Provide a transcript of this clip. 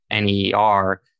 NER